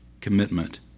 commitment